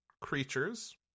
creatures